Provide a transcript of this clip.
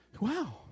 Wow